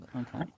Okay